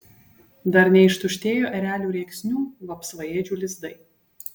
dar neištuštėjo erelių rėksnių vapsvaėdžių lizdai